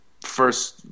first